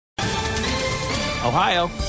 Ohio